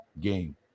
game